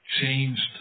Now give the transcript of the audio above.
changed